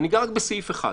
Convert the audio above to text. ואני אגע רק בסעיף אחד.